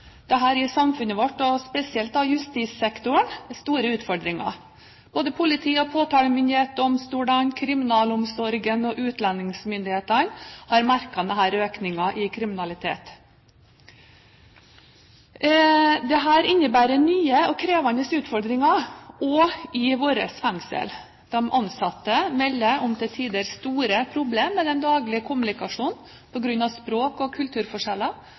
samfunnet vårt – og spesielt justissektoren – store utfordringer. Både politi og påtalemyndighet, domstolene, kriminalomsorgen og utlendingsmyndighetene har merket denne økningen i kriminalitet. Dette innebærer nye og krevende utfordringer, også i våre fengsler. De ansatte melder om til tider store problemer med den daglige kommunikasjonen på grunn av språk og kulturforskjeller,